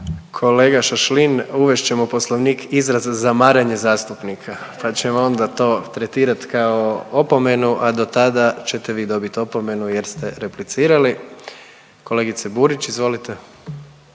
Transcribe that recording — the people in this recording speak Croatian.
Kolega Šašin uvest ćemo u Poslovnik izraz zamaranje zastupnika, pa ćemo onda to tretirat kao opomenu, a dotada ćete vi dobit opomenu jer ste replicirali. Kolegice Burić, izvolite.